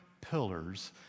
pillars